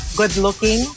good-looking